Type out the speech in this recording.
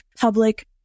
public